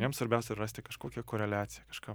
jiem svarbiausia rasti kažkokią koreliaciją kažką